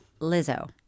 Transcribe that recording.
Lizzo